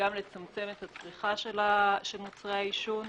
וגם לצמצם את צריכת מוצרי העישון.